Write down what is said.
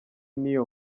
n’iyo